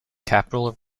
capital